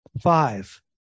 Five